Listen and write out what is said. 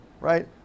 right